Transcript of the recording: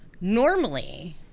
normally